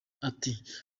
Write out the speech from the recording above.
ati